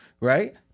right